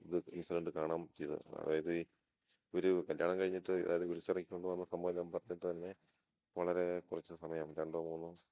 ഇത് ഇൻസിഡൻ്റ് കാണാൻ പറ്റിയത് അതായത് ഈ ഒരു കല്യാണം കഴിഞ്ഞിട്ട് അതായത് വിളിച്ചിറക്കി കൊണ്ടു വന്ന സംഭവമെല്ലാം പറഞ്ഞിട്ട് തന്നെ വളരെ കുറച്ചു സമയം രണ്ടോ മൂന്നോ